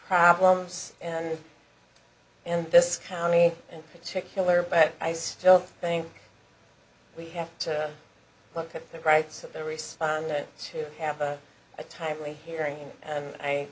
problems and in this county in particular but i still think we have to look at the rights of the respond to have a timely hearing and i